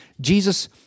Jesus